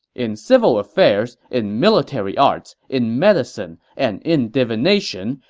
in civil affairs, in military arts, in medicine, and in divination,